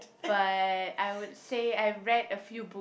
but I would say I read a few book